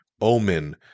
Omen